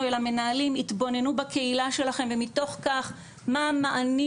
אל המנהלים התבוננו בקהילה שלכם ומתוך כך מה המענים